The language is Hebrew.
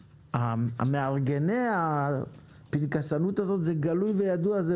מארגני הפנקסנות האלה גלויים וידועים.